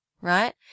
right